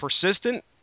persistent